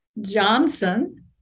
Johnson